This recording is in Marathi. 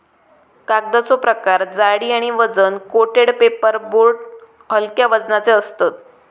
कागदाचो प्रकार जाडी आणि वजन कोटेड पेपर बोर्ड हलक्या वजनाचे असतत